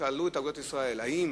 באו"ם שאלו את אגודת ישראל: האם